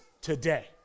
today